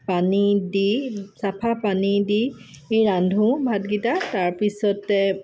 পানী দি চাফা পানী দি ৰান্ধো ভাতকেইটা তাৰপিছতে